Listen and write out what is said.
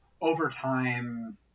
overtime